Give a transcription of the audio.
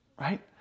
right